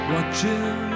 Watching